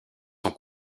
sont